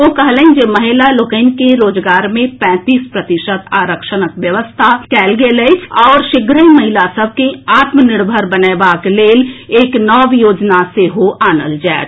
ओ कहलनि जे महिला लोकनि के रोजगार मे पैंतीस प्रतिशत आरक्षणक व्यवस्था कएल गेल अछि आओर शीघ्रहि महिला सभ के आत्मनिर्भर बनएबाक लेल एक नव योजना सेहो आनल जाएत